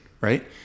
right